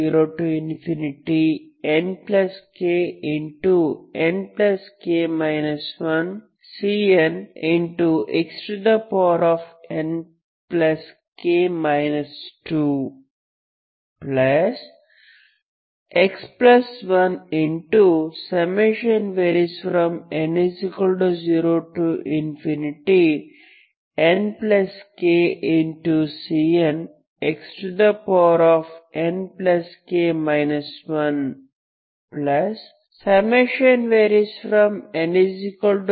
nk 1Cnxnk 2x1n0nk